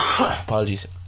apologies